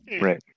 Right